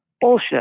Bullshit